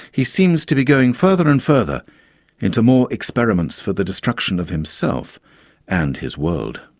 he seems to be going further and further into more experiments for the destruction of himself and his world'.